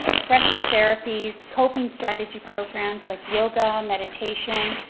expressive therapies, coping strategy programs like yoga, meditation.